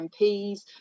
MPs